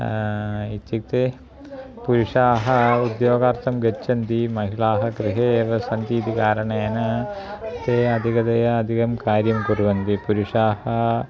इत्युक्ते पुरुषाः उद्योगार्थं गच्छन्ति महिलाः गृहे एव सन्ति इति कारणेन ते अधिकतया अधिकं कार्यं कुर्वन्ति पुरुषाः